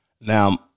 Now